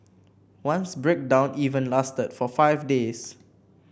once breakdown even lasted for five days